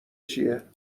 چیه